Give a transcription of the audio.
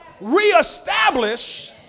reestablish